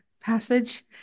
passage